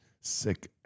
sick